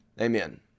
Amen